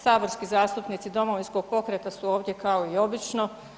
Saborski zastupnici Domovinskog pokreta su ovdje kao i obično.